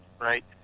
right